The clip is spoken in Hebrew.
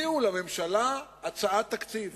הביאו לממשלה הצעת תקציב